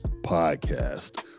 podcast